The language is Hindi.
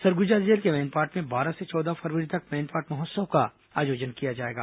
सरगुजा जिले के मैनपाट में बारह से चौदह फरवरी तक मैनपाट महोत्सव का आयोजन किया जाएगा